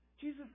Jesus